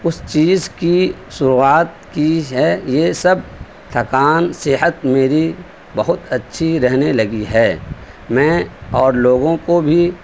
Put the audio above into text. اس چیز کی شروعات کی ہے یہ سب تھکان صحت میری بہت اچھی رہنے لگی ہے میں اور لوگوں کو بھی